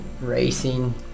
racing